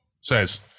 says